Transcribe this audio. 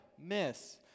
miss